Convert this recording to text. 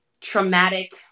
traumatic